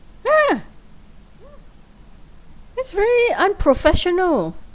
!huh! this very unprofessional